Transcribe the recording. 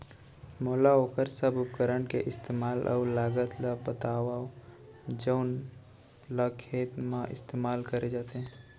मोला वोकर सब उपकरण के इस्तेमाल अऊ लागत ल बतावव जउन ल खेत म इस्तेमाल करे जाथे?